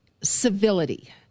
civility